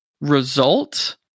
Result